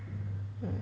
um